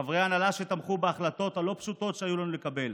חברי הנהלה שתמכו בהחלטות הלא-פשוטות שהיו לנו לקבל,